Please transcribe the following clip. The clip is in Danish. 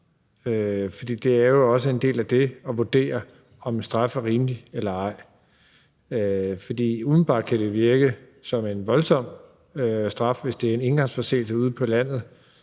For det er jo også en del af det at vurdere om en straf er rimelig eller ej. For umiddelbart kan det virke som en voldsom straf, hvis det er en engangsforseelse ude på landet